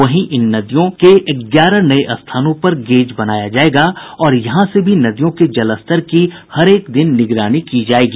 वहीं इन नदियों के ग्यारह नये स्थानों पर गेज बनाया गया है और यहां से भी नदियों के जलस्तर की हरेक दिन निगरानी की जायेगी